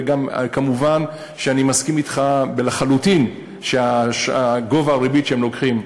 ומובן שאני מסכים אתך לחלוטין שגובה הריבית שהם לוקחים,